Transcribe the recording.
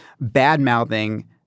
bad-mouthing